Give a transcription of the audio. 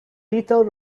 little